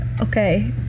okay